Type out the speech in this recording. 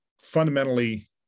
fundamentally